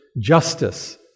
justice